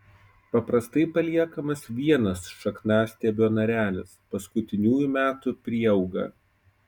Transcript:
paprastai paliekamas vienas šakniastiebio narelis paskutiniųjų metų prieauga